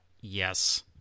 Yes